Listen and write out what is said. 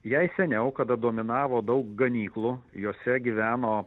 jei seniau kada dominavo daug ganyklų jose gyveno